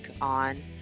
on